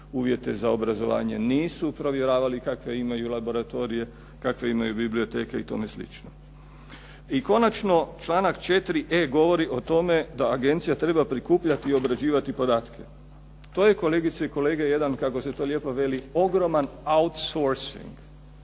uvjete za obrazovanje, nisu provjeravali kakve imaju laboratorije, kakve imaju biblioteke i tome slično. I konačno, članak 4.e govori o tome da agencija treba prikupljati i obrađivati podatke. To je, kolegice i kolega, jedan kako se to lijepo veliki ogroman "outsourcing",